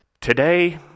Today